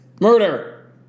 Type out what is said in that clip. murder